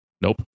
Nope